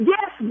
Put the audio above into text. Yes